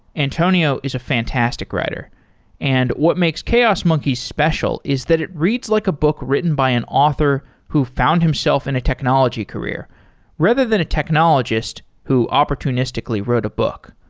antonio is a fantastic writer and what makes chaos monkeys special is that it reads like a book written by an author who found himself in a technology career rather than a technologist who opportunistically wrote a book.